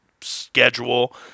schedule